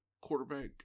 quarterback